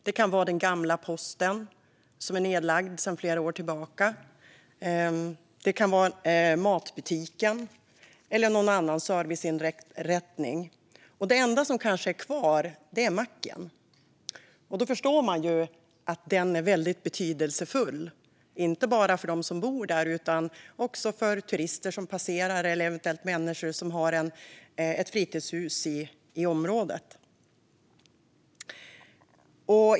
Det kan vara den gamla posten som är nedlagd sedan flera år tillbaka. Det kan vara matbutiken eller någon annan serviceinrättning. Det enda som är kvar är kanske macken. Då förstår man ju att den är väldigt betydelsefull, inte bara för dem som bor där utan också för turister som passerar och eventuellt för människor som har fritidshus i området.